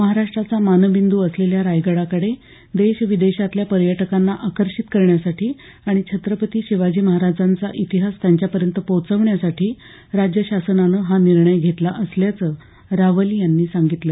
महाराष्ट्राचा मानबिंद् असलेल्या रायगडाकडे देशविदेशातल्या पर्यटकांना आरक्षित करण्यासाठी आणि छट्रपती शिवाजी महाराजांचा इतिहास त्यांच्या पर्यंत पोहचवण्यासाठी राज्यशासनानं हा निर्णय घेतला असल्याचं रावल यांनी सांगितलं